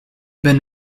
been